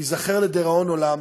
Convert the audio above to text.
ייזכר לדיראון עולם,